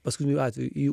paskutiniu atveju į